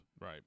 Right